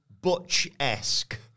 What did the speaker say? Butch-esque